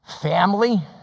family